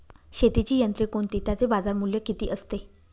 शेतीची यंत्रे कोणती? त्याचे बाजारमूल्य किती असते?